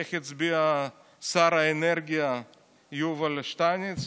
איך הצביע שר האנרגיה יובל שטייניץ,